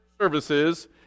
services